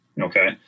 Okay